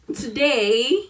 today